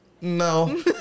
No